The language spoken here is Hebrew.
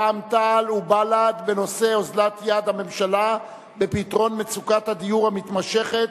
רע"ם-תע"ל ובל"ד בנושא: אוזלת יד הממשלה בפתרון מצוקת הדיור המתמשכת,